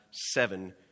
Seven